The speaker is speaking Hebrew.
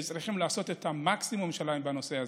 שצריכים לעשות את המקסימום שלהם בנושא הזה.